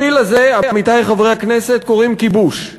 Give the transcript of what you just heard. עמיתי חברי הכנסת, לפיל הזה קוראים כיבוש.